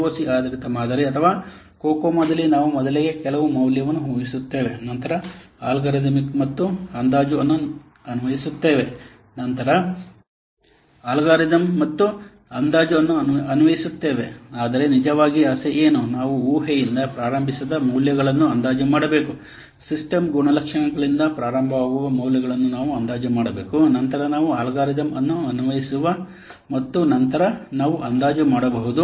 L O C ಆಧಾರಿತ ಮಾದರಿ ಅಥವಾ ಕೊಕೊಮೊದಲ್ಲಿ ನಾವು ಮೊದಲಿಗೆ ಕೆಲವು ಮೌಲ್ಯವನ್ನು ಊಹಿಸುತ್ತೇವೆ ನಂತರ ಅಲ್ಗಾರಿದಮ್ ಮತ್ತು ಅಂದಾಜು ಅನ್ನು ಅನ್ವಯಿಸುತ್ತೇವೆ ಆದರೆ ನಿಜವಾಗಿ ಆಸೆ ಏನು ನಾವು ಊಹೆಯಿಂದ ಪ್ರಾರಂಭಿಸದ ಮೌಲ್ಯಗಳನ್ನು ಅಂದಾಜು ಮಾಡಬೇಕು ಸಿಸ್ಟಮ್ ಗುಣಲಕ್ಷಣಗಳಿಂದ ಪ್ರಾರಂಭವಾಗುವ ಮೌಲ್ಯಗಳನ್ನು ನಾವು ಅಂದಾಜು ಮಾಡಬೇಕು ನಂತರ ನಾವು ಅಲ್ಗಾರಿದಮ್ ಅನ್ನು ಅನ್ವಯಿಸಬಹುದು ಮತ್ತು ನಂತರ ನಾವು ಅಂದಾಜು ಮಾಡಬಹುದು